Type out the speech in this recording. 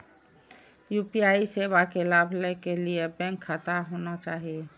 UPI सेवा के लाभ लै के लिए बैंक खाता होना चाहि?